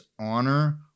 honor